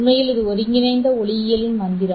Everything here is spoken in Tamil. உண்மையில் இது ஒருங்கிணைந்த ஒளியியலின் மந்திரம்